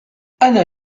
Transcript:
أنا